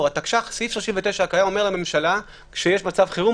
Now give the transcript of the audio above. סעיף 39 הקיים בתקש"ח אומר שכשיש מצב חירום,